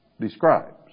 describes